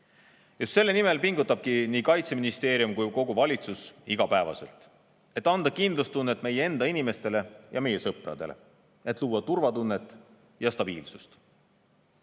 Just selle nimel pingutavadki nii Kaitseministeerium kui ka kogu valitsus igapäevaselt, et anda kindlustunnet meie enda inimestele ja meie sõpradele, et luua turvatunnet ja stabiilsust.